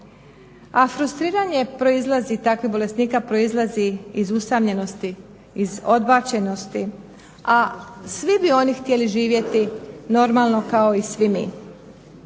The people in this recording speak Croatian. proizilazi, takvih bolesnika proizilazi iz usamljenosti, iz odbačenosti a svi bi oni htjeli živjeti normalno kao i svi mi.